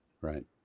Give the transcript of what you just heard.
Right